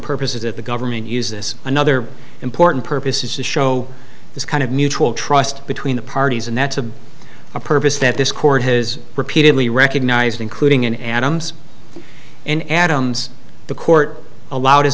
purposes that the government uses another important purpose is to show this kind of mutual trust between the parties and that's a purpose that this court has repeatedly recognized including in adams and adams the court allowed as